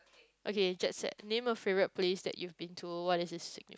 okay jet set name a favourite place that you've been to what is its significance